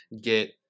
get